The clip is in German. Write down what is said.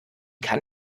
kann